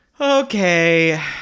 Okay